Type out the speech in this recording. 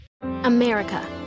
America